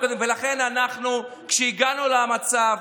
לכן כשהגענו למצב,